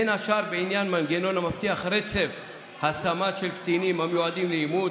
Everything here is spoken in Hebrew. בין השאר עניין מנגנון המבטיח רצף השמה של קטינים המיועדים לאימוץ,